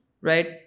right